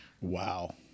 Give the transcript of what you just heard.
Wow